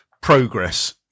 progress